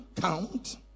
count